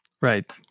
Right